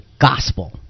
gospel